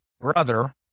brother